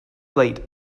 played